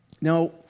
Now